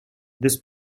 this